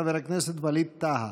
חבר הכנסת ווליד טאהא.